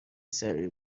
سریع